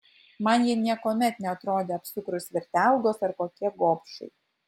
man jie niekuomet neatrodė apsukrūs vertelgos ar kokie gobšai